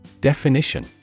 Definition